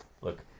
look